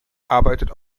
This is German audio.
arbeitet